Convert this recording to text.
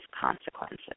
consequences